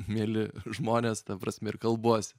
mieli žmonės ta prasme ir kalbuosi